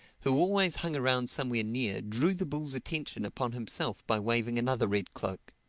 who always hung around somewhere near, drew the bull's attention upon himself by waving another red cloak.